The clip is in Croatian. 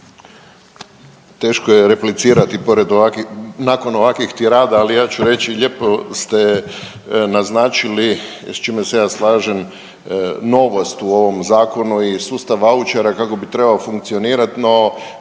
Teško je replicirati nakon ovakvih tirada, ali ja ću reći lijepo ste naznačili s čime se ja slažem novost u ovom zakonu i sustav vouchera kako bi trebao funkcionirati. No,